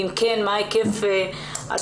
ואם כן, מה היקף התופעה?